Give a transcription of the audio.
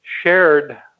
shared